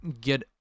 get